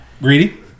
Greedy